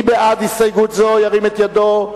מי בעד, ירים את ידו.